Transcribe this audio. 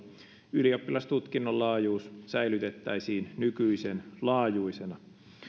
ylioppilastutkinnon laajuus säilytettäisiin nykyisenlaajuisena